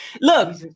Look